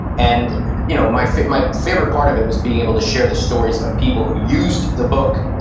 and you know my my favorite part of it was being able to share the stories of people who used the book.